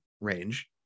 range